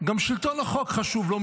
וגם שלטון החוק חשוב לו,